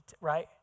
right